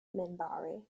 minbari